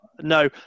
No